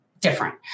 different